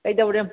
ꯀꯩꯗꯧꯔꯝ